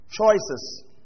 Choices